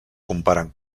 comparen